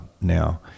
now